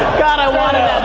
i wanted